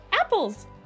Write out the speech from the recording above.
Apples